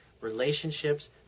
relationships